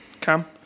Cam